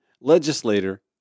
legislator